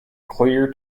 clear